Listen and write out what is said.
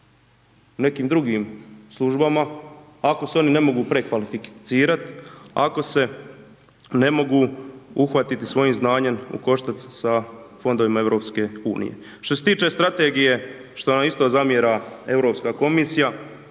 u nekim drugim službama ako se oni ne mogu prekvalificirat, ako se ne mogu uhvatiti svojim znanjem u koštac sa Fondovima EU. Što se tiče strategije, šta nam isto zamjera Europska komisija,